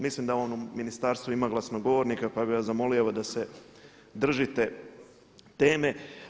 Mislim da on u ministarstvu ima glasnogovornika, pa bih vas zamolio evo da se držite teme.